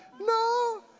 No